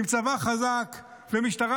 עם צבא חזק ומשטרה,